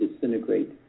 disintegrate